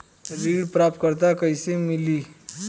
ऋण पात्रता कइसे मिली?